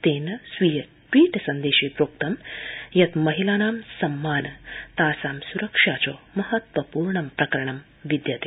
तेन ट्वीट सन्देशे प्रोक्तं यत् महिलानां सम्मान तासां सुरक्षा च महत्वपूर्ण प्रकरणं विद्यते